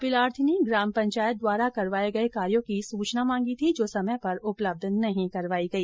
अपीलार्थी ने ग्राम पंचायत द्वारा करवाए गए कार्यों की सूचना मांगी थी जो समय पर उपलब्ध नहीं करवाई गई